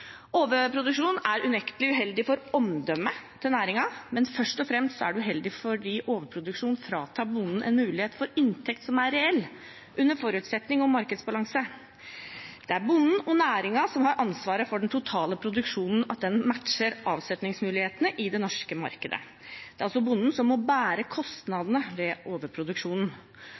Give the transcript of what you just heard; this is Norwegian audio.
Overproduksjon er unektelig uheldig for omdømmet til næringen, men først og fremst er det uheldig fordi overproduksjon fratar bonden en mulighet for inntekt som er reell, under forutsetning om markedsbalanse. Det er bonden og næringen som har ansvaret for at den totale produksjonen matcher avsetningsmulighetene i det norske markedet. Det er altså bonden som må bære kostnadene ved overproduksjonen.